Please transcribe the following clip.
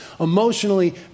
emotionally